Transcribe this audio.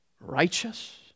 righteous